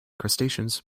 crustaceans